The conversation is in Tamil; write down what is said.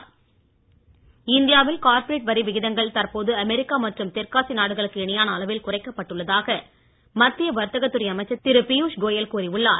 பியூஷ்கோயல் இந்தியாவில் கார்ப்பரேட் வரி விகிதங்கள் தற்போது அமெரிக்கா தெற்காசிய நாடுகளுக்கு இணையான மற்றும் குறைக்கப்பட்டுள்ளதாக மத்திய வர்த்தக துறை அமைச்சர் திரு பியூஷ்கோயல் கூறி உள்ளார்